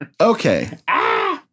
Okay